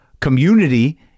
community